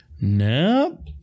Nope